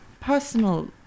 personal